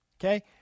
Okay